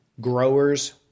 growers